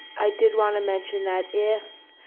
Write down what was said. i did want to mention that if